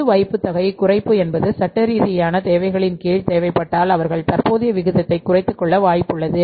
பொது வைப்புத்தொகை குறைப்பு என்பது சட்டரீதியான தேவைகளின் கீழ் தேவைப்பட்டால் அவர்கள் தற்போதைய விகிதத்தை குறைத்து கொள்ள வாய்ப்புள்ளது